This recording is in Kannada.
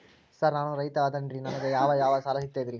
ಸರ್ ನಾನು ರೈತ ಅದೆನ್ರಿ ನನಗ ಯಾವ್ ಯಾವ್ ಸಾಲಾ ಸಿಗ್ತೈತ್ರಿ?